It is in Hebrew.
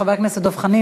של חבר הכנסת דב חנין,